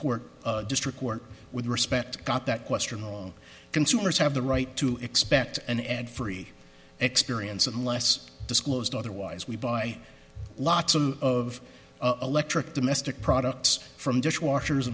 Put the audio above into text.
court district court with respect got that question long consumers have the right to expect an ad free experience unless disclosed otherwise we buy lots of electric domestic products from dishwashers